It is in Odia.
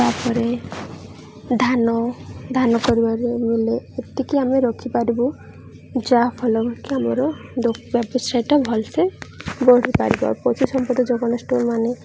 ତା'ପରେ ଧାନ ଧାନ କରିବାରେ ମିଲ ଏତିକି ଆମେ ରଖିପାରିବୁ ଯାହା ଫଲ ଗକ ଆମର ବ୍ୟବସାୟଟା ଭଲସେ ବଢ଼ି ପାରିବ ଆଉ ପଶୁ ସମ୍ପଦ ଜଗଣଷ୍ଠୋ ମାନ